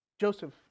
Joseph